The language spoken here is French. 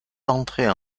entrer